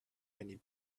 many